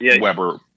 Weber